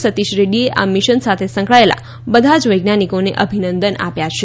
સતીષ રેડ્ડીએ આ મિશન સાથે સંકળાયેલા બધા જ વૈજ્ઞાનિકોને આભિનંદન આપ્યા છે